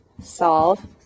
solve